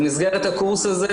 במסגרת הקורס הזה,